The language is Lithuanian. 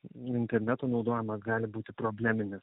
interneto naudojimas gali būti probleminis